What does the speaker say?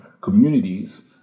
communities